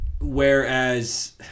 Whereas